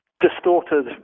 distorted